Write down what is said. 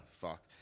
Fuck